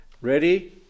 Ready